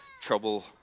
Trouble